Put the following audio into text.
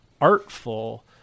artful